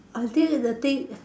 I think the thing